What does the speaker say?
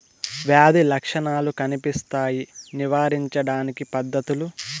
వ్యాధి లక్షణాలు కనిపిస్తాయి నివారించడానికి పద్ధతులు?